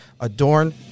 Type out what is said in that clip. Adorn